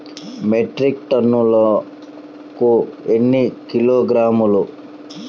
Metric టన్నుకు ఎన్ని కిలోగ్రాములు?